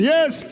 Yes